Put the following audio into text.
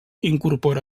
incorpora